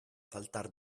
saltar